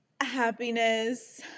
happiness